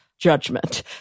judgment